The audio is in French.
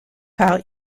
par